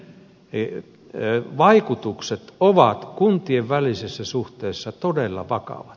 ja sen vaikutukset ovat kuntien välisissä suhteissa todella vakavat